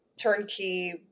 turnkey